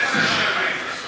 אנשים יהיו בהצבעה.